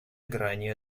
грани